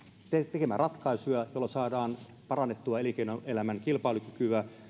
tekemään ratkaisuja joilla saadaan parannettua elinkeinoelämän kilpailukykyä